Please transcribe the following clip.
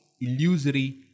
illusory